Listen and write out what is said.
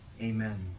Amen